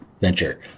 venture